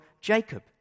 Jacob